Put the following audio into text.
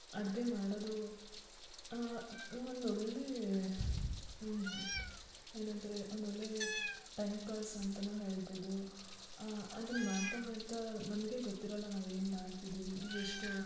ಅಡುಗೆ ಮಾಡೋದು ಒಂದು ಒಳ್ಳೇ ಏನು ಅಂತಾರೆ ಒಂದು ಒಳ್ಳೇ ಟೈಮ್ ಪಾಸ್ ಅಂತಾನೂ ಹೇಳ್ಬೋದು ಅದನ್ನು ಮಾಡ್ತಾ ಮಾಡ್ತಾ ನಮಗೆ ಗೊತ್ತಿರೋಲ್ಲ ನಾವು ಏನು ಮಾಡ್ತಿದೀವಿ ಎಷ್ಟು